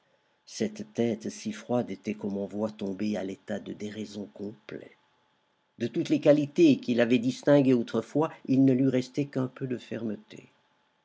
cette tête si froide était comme on voit tombée à l'état de déraison complet de toutes les qualités qui l'avaient distingué autrefois il ne lui restait qu'un peu de fermeté